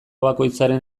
bakoitzaren